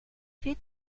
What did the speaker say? fet